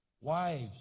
Wives